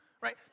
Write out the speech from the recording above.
right